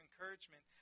encouragement